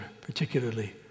particularly